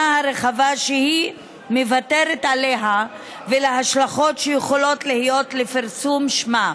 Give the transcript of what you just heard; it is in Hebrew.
הרחבה שהיא מוותרת עליה ולהשלכות שיכולות להיות לפרסום שמה.